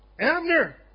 Abner